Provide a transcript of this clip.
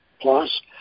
plus